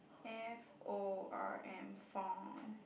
F O R M form